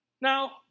Now